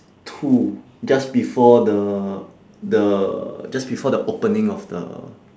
two just before the the just before the opening of the